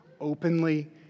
openly